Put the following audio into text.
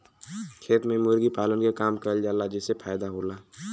खेत में ही मुर्गी पालन के काम करल जाला जेसे फायदा होला